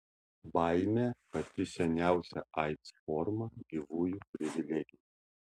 baimė pati seniausia aids forma gyvųjų privilegija